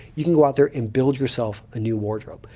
you can go out there and build yourself a new wardrobe.